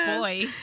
boy